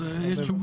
אז יש תשובה.